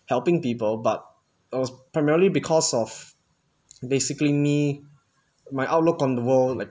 helping people but I was primarily because of basically me my outlook on the world like